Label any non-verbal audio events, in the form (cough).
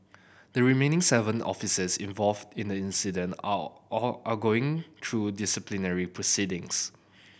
the remaining seven officers involved in the incident (unintelligible) are going through disciplinary proceedings